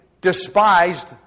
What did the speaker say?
despised